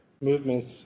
movements